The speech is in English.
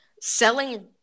selling